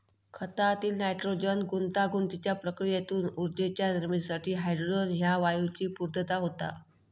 खतातील नायट्रोजन गुंतागुंतीच्या प्रक्रियेतून ऊर्जेच्या निर्मितीसाठी हायड्रोजन ह्या वायूची पूर्तता होता